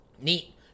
neat